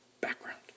background